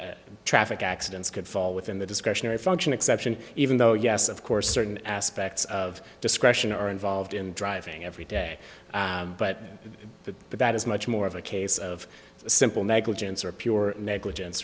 traffic accidents could fall within the discretionary function exception even though yes of course certain aspects of discretion are involved in driving every day but that but that is much more of a case of simple negligence or pure negligence